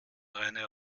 reine